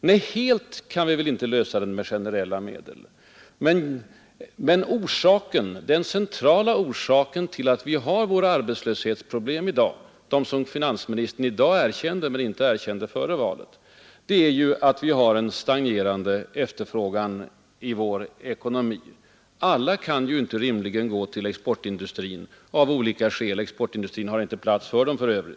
Nej, helt kan vi väl inte häva den med generella medel, men den centrala orsaken till att vi har svåra arbetslöshetsproblem i dag — de som finansministern i dag erkänner men inte erkände före valet — är att vi har en stagnerande efterfrågan inom vår interna ekonomi. Alla arbetslösa kan ju inte rimligen gå till exportindustrin — av olika skäl. Exportindustrin har för övrigt inte plats för dem.